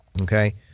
Okay